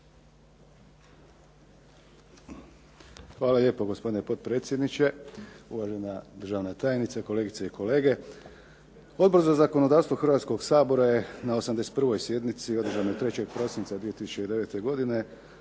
Hvala lijepo gospodine potpredsjedniče, uvažena državna tajnice, kolegice i kolege. Odbor za zakonodavstvo Hrvatskoga sabora je na 81. sjednici održanoj 2. prosinca 2009. godine